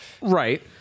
Right